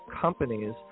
companies